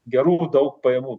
gerų daug pajamų